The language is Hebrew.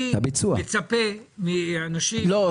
אני מצפה מאנשים --- לא,